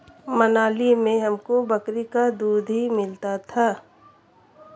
मनाली में हमको बकरी का दूध ही मिलता था